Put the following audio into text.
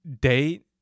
date